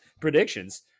predictions